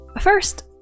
First